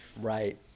Right